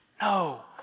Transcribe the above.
no